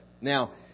Now